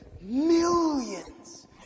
millions